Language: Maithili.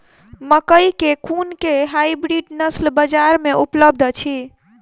मकई केँ कुन केँ हाइब्रिड नस्ल बजार मे उपलब्ध अछि?